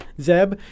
Zeb